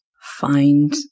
find